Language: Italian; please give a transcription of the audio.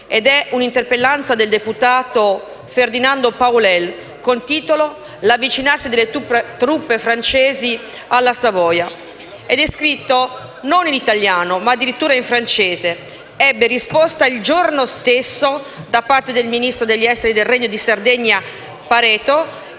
ed è un'interpellanza del deputato Ferdinando Palluel, dal titolo «L'avvicinarsi delle truppe francesi alla Savoia», scritta peraltro non in italiano, ma in francese. Ebbe risposta il giorno stesso da parte del ministro degli esteri del Regno di Sardegna Pareto,